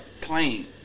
Claim